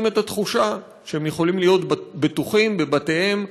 את התחושה שהם יכולים להיות בטוחים בבתיהם,